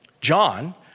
John